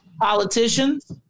politicians